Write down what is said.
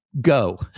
go